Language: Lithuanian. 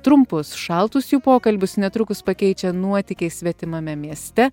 trumpus šaltus jų pokalbius netrukus pakeičia nuotykiai svetimame mieste